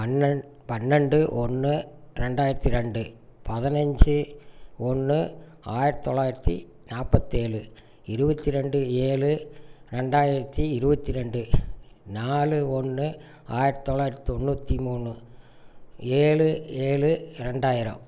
பன்னண் பன்னெண்டு ஒன்று ரெண்டாயிரத்து ரெண்டு பதினைஞ்சு ஒன்று ஆயிரத்து தொள்ளாயிரத்து நாப்பத்தேழு இருபத்தி ரெண்டு ஏழு ரெண்டாயிரத்து இருபத்தி ரெண்டு நாலு ஒன்று ஆயிரத்து தொள்ளாயிரத்து தொண்ணூற்றி மூணு ஏழு ஏழு ரெண்டாயிரம்